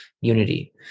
unity